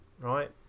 right